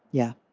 yeah.